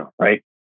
right